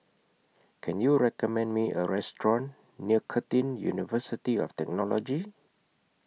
Can YOU recommend Me A Restaurant near Curtin University of Technology